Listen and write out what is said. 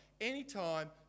anytime